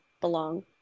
belong